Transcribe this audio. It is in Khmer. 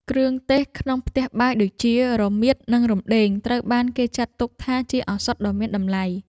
គ្រឿងទេសក្នុងផ្ទះបាយដូចជា រមៀត និងរំដេង ត្រូវបានគេចាត់ទុកថាជាឱសថដ៏មានតម្លៃ។